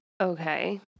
okay